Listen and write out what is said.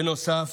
בנוסף,